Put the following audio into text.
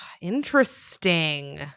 Interesting